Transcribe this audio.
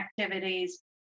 activities